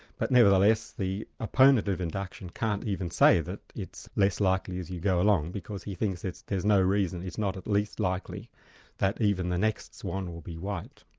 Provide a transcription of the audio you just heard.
but nevertheless the opponent of induction can't even say that it's less likely as you go along, because he thinks there's no reason, it's not at least likely that even the next swan will be white.